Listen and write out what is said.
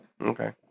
Okay